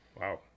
Wow